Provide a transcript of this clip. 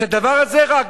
את הדבר הזה רק.